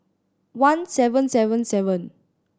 one seven seven seven